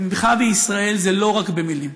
תמיכה בישראל זה לא רק במילים,